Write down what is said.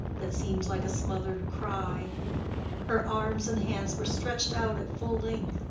that seemed like a smothered cry her arms and hands were stretched out at full length,